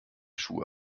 schuhe